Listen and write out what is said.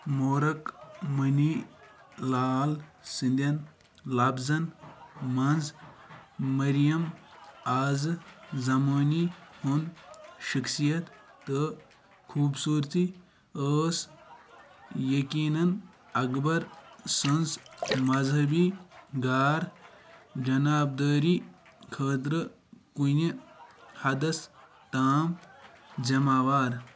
مورک مُنی لال سٕنٛدۍ لفظن منٛز مٔریم آزٕ زمانی ہٕنٛز شخصیت تہٕ خوٗبصوٗرتی ٲس یقیٖناً اکبر سٕنٛز مزہبی گار جنابدٲری خٲطرٕ کُنہِ حدس تام ذِمہ وار